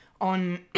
on